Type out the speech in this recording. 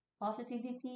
positivity